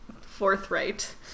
forthright